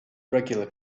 regular